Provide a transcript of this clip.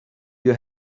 you